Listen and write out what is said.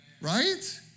Right